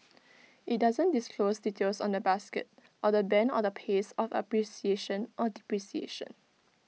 IT doesn't disclose details on the basket or the Band or the pace of appreciation or depreciation